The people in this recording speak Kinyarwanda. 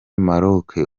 maroke